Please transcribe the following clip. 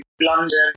London